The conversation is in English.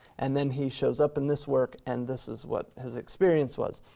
and then he shows up in this work and this is what his experience was.